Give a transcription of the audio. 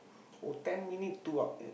oh ten minute two hou~ eh